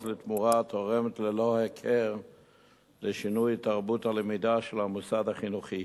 לתמורה" תורמת לשינוי ללא הכר בתרבות הלמידה של המוסד החינוכי.